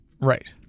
Right